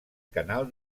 canal